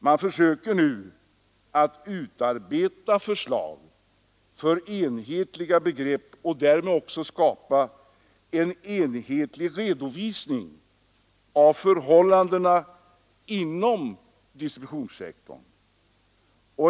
Man försöker utarbeta förslag till enhetliga begrepp och därmed också skapa en enhetlig redovisning av förhållandena inom distributionssektorn.